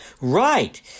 Right